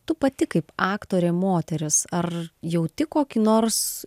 tu pati kaip aktorė moteris ar jauti kokį nors